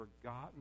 forgotten